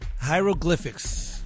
Hieroglyphics